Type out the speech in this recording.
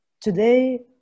today